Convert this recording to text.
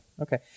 okay